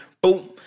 Boom